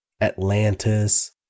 Atlantis